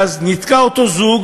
ואז אותו זוג